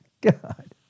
God